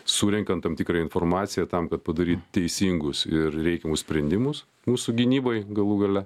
surenkant tam tikrą informaciją tam kad padaryt teisingus ir reikiamus sprendimus mūsų gynyboj galų gale